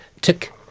tick